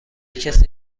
کسی